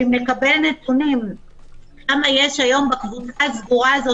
אם נקבל נתונים כמה יש היום בקבוצה הסגורה הזאת